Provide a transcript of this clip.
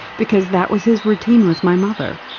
because that was his routine with my mother.